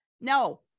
no